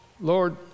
Lord